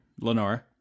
Lenora